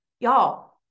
y'all